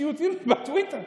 הציוצים בטוויטר.